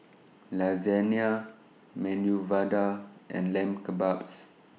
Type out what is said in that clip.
Lasagna Medu Vada and Lamb Kebabs